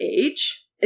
Age